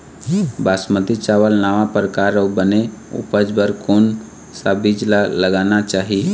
बासमती चावल नावा परकार अऊ बने उपज बर कोन सा बीज ला लगाना चाही?